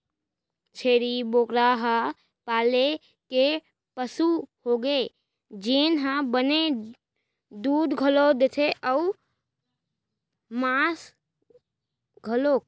छेरी बोकरा ह पाले के पसु होगे जेन ह बने दूद घलौ देथे अउ मांस घलौक